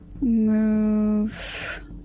move